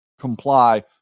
comply